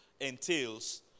entails